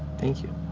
thank you.